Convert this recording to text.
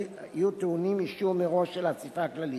יהיו טעונים אישור מראש של האספה הכללית.